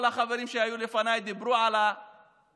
כל החברים שהיו לפניי דיברו על ההבדלים